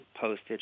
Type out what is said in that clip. postage